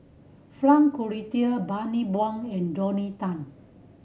Frank Cloutier Bani Buang and Rodney Tan